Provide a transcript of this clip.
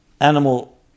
animal